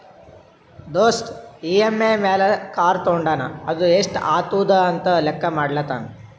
ದೋಸ್ತ್ ಇ.ಎಮ್.ಐ ಮ್ಯಾಲ್ ಕಾರ್ ತೊಂಡಾನ ಅದು ಎಸ್ಟ್ ಆತುದ ಅಂತ್ ಲೆಕ್ಕಾ ಮಾಡ್ಲತಾನ್